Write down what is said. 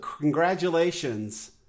congratulations